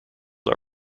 are